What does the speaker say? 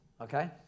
okay